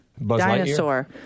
Dinosaur